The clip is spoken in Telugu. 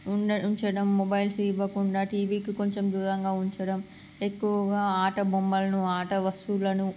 ఉండ ఉంచడం మొబైల్స్ ఇవ్వకుండా టీవీకి కొంచెం దూరంగా ఉంచడం ఎక్కువగా ఆట బొమ్మలను ఆట వస్తువులను